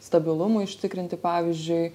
stabilumui užtikrinti pavyzdžiui